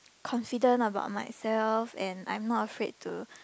confident about myself and I'm not afraid to